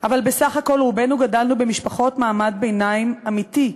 אבל בסך הכול רובנו גדלנו במשפחות מעמד ביניים אמיתי,